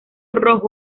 rojo